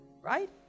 right